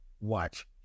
watch